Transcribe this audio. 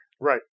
right